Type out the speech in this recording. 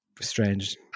Strange